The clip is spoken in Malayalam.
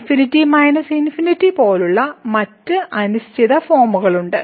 ∞ പോലുള്ള മറ്റ് അനിശ്ചിത ഫോമുകളുണ്ട്